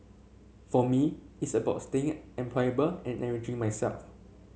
for me it's about staying employable and enriching myself